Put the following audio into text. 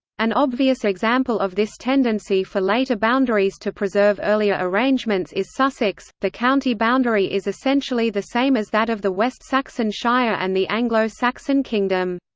an obvious example of this tendency for later boundaries to preserve earlier arrangements is sussex the county boundary is essentially the same as that of the west saxon shire and the anglo-saxon kingdom.